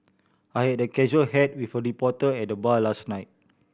I had a casual hat with a reporter at the bar last night